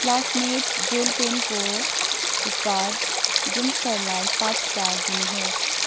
Classmate gel पेनको उत्पाद गुणस्तरलाई पाँच स्टार दिनुहोस्